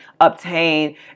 obtain